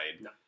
No